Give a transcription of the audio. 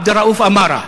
עבד-אלראוף אמארה,